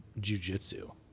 jujitsu